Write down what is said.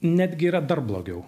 netgi yra dar blogiau